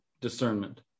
discernment